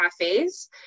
cafes